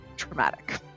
traumatic